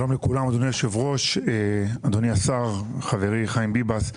אדוני היושב ראש, אדוני השר, חברי חיים ביבס.